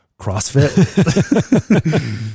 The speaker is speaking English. CrossFit